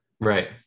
right